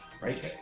Right